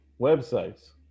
websites